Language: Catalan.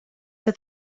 que